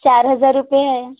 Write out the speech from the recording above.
चार हजार रुपये आहे